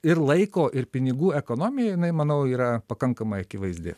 ir laiko ir pinigų ekonomija jinai manau yra pakankamai akivaizdi